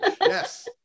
Yes